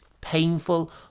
painful